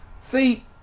See